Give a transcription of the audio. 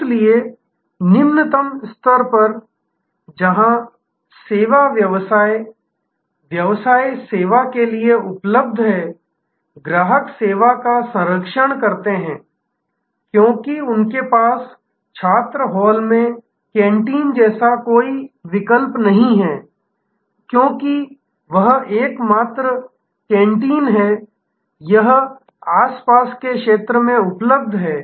इसलिए निम्नतम स्तर पर जहां सेवा व्यवसाय सेवा के लिए उपलब्ध है ग्राहक सेवा का संरक्षण करते हैं क्योंकि उनके पास छात्र हॉल में कैंटीन जैसा कोई विकल्प नहीं है क्योंकि वह एकमात्र कैंटीन है यह आसपास के क्षेत्र में उपलब्ध है